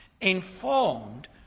informed